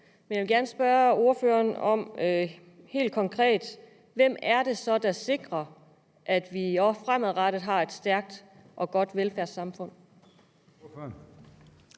Men jeg vil gerne spørge ordføreren helt konkret: Hvem er det så, der sikrer, at vi også fremadrettet har et stærkt og godt velfærdssamfund?